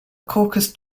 caucus